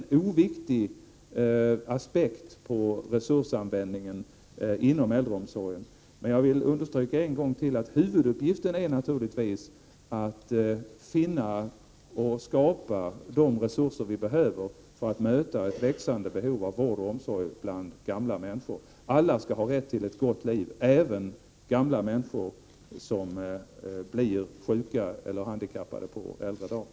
Det är ingen oviktig aspekt på resursanvändningen inom äldreomsorgen. Jag vill dock än en gång understryka att huvuduppgiften naturligtvis är att finna och skapa de resurser vi behöver för att möta ett växande behov av vård och omsorg från gamla människor. Alla skall ha rätt till ett gott liv. Det gäller även människor som blir sjuka eller handikappade på äldre dagar.